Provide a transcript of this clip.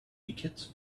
tickets